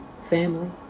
Family